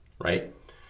right